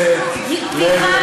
חברת הכנסת לוי אבקסיס.